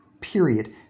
Period